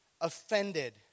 offended